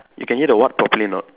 you can hear the what properly or not